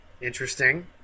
interesting